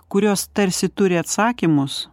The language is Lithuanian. kurios tarsi turi atsakymus